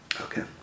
Okay